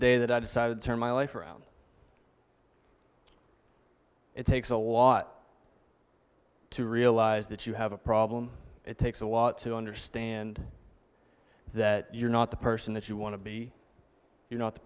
day that i decided to turn my life around it takes a lot to realize that you have a problem it takes a lot to understand that you're not the person that you want to be you're not the